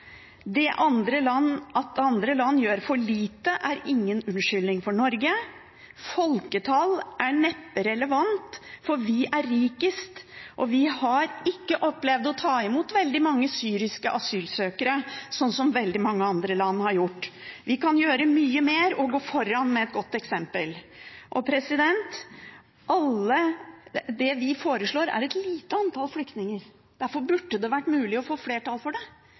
Det at andre land gjør for lite, er ingen unnskyldning for Norge. Folketall er neppe relevant, for vi er rikest, og vi har ikke opplevd å ta imot veldig mange syriske asylsøkere, sånn som veldig mange andre land har gjort. Vi kan gjøre mye mer og gå foran med et godt eksempel. Det vi foreslår, er et lite antall flyktninger. Derfor burde det være mulig å få flertall for det.